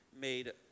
made